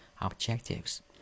objectives